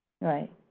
Right